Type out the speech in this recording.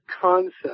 concept